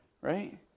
right